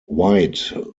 white